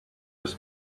was